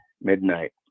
Midnight